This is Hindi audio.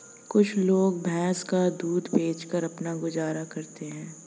कुछ लोग भैंस का दूध बेचकर अपना गुजारा करते हैं